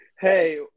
hey